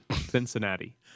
Cincinnati